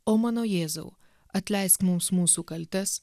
o mano jėzau atleisk mums mūsų kaltes